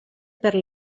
per